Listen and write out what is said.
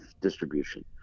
distribution